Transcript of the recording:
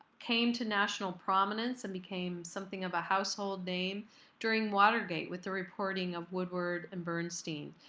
came to national prominence and became something of a household name during watergate with the reporting of woodward and bernstein.